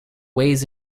ways